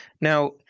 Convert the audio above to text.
Now